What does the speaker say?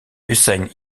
hussein